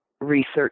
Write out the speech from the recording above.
research